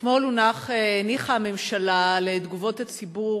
אתמול הניחה הממשלה לתגובות הציבור